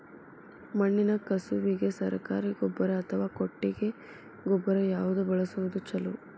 ಮಣ್ಣಿನ ಕಸುವಿಗೆ ಸರಕಾರಿ ಗೊಬ್ಬರ ಅಥವಾ ಕೊಟ್ಟಿಗೆ ಗೊಬ್ಬರ ಯಾವ್ದು ಬಳಸುವುದು ಛಲೋ?